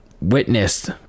witnessed